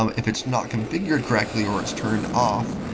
um if it's not configured correctly, or it's turned off,